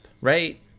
right